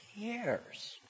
cares